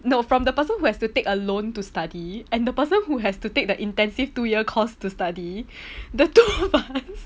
no from the person who has to take a loan to study and the person who has to take the intensive two year cost to study the two of us